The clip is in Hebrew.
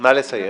נא לסיים.